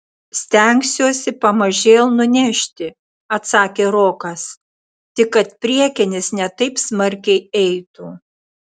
stengsiuosi pamažėl nunešti atsakė rokas tik kad priekinis ne taip smarkiai eitų